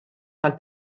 tal